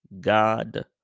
God